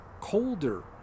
colder